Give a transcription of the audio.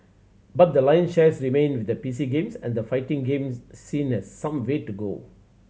but the lion's shares remained with the P C games and the fighting games scene that some way to go